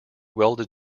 welded